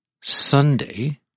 Sunday